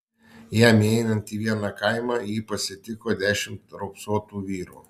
jam įeinant į vieną kaimą jį pasitiko dešimt raupsuotų vyrų